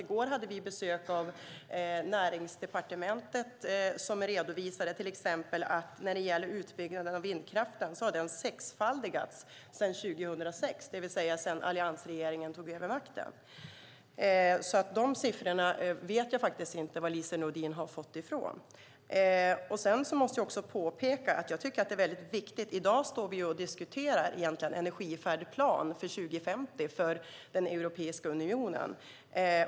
I går hade vi besök av Näringsdepartementet som redovisade att utbyggnaden av vindkraften har sexfaldigats sedan 2006, det vill säga sedan alliansregeringen tog över makten. Jag vet inte varifrån Lise Nordin har fått siffrorna. I dag diskuterar vi en energifärdplan för 2050 för Europeiska unionen.